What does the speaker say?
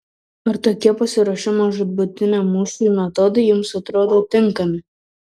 ar tokie pasiruošimo žūtbūtiniam mūšiui metodai jums atrodo tinkami